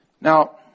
Now